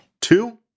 two